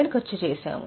1000 ఖర్చు చేసాము